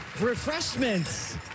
refreshments